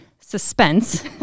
suspense